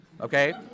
okay